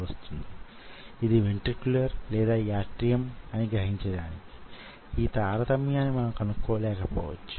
Google లోనికి వెళ్ళి sliding theory గురించి సమాచారాన్ని యిట్టే తెలుసుకోవచ్చును